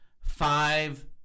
five